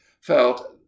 felt